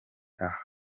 ahawe